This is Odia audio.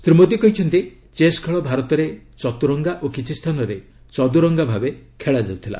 ଶ୍ରୀ ମୋଦୀ କହିଛନ୍ତି ଚେସ୍ ଖେଳ ଭାରତରେ ଚତୁରଙ୍ଗା ଓ କିଛି ସ୍ଥାନରେ ଚଦୁରଙ୍ଗା ଭାବେ ଖେଳାଯାଉଥିଲା